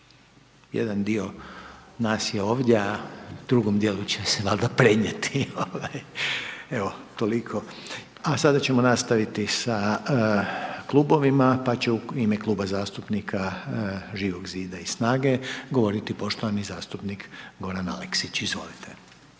Jedan dio nas je ovdje a drugom dijelu će se valjda prenijeti. Evo, toliko. A sada ćemo nastaviti sa klubovima. Pa će u ime Kluba zastupnika Živog zida i SNAGA-e govoriti poštovani zastupnik Goran Aleksić. Izvolite.